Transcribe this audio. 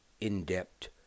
in-depth